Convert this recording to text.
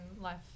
life